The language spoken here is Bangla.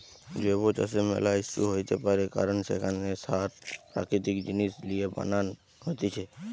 জৈব চাষের ম্যালা ইস্যু হইতে পারে কারণ সেখানে সার প্রাকৃতিক জিনিস লিয়ে বানান হতিছে